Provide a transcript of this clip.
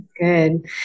Good